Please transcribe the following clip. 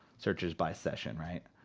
searches by session, right?